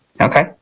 Okay